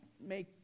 make